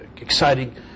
exciting